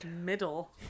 middle